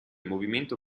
movimento